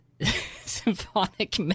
Symphonic